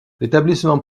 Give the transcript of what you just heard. l’établissement